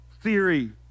theory